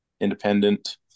independent